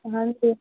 ಹಂಗೆ ರೀ